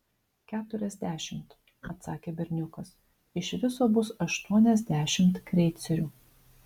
keturiasdešimt atsakė berniukas iš viso bus aštuoniasdešimt kreicerių